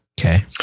Okay